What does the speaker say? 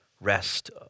rest